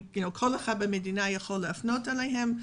וכל אחד במדינה יכול להפנות אליהן.